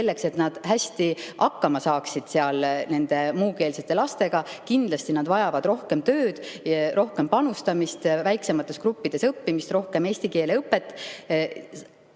selleks et [koolid] hästi hakkama saaksid nende muukeelsete lastega. Kindlasti [need õpilased] vajavad rohkem tööd, rohkem panustamist, väiksemates gruppides õppimist, rohkem eesti keele õpet.